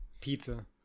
pizza